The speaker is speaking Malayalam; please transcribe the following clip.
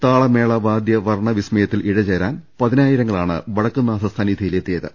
താള മേള വാദ്യ വർണ വിസ്മയത്തിൽ ഇഴചേരാൻ പതിനായിരങ്ങ ളാണ് വടക്കുംനാഥ സന്നിധിയിലെത്തിയത്